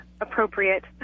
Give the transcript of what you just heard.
appropriate